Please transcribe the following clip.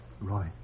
Roy